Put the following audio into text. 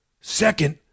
Second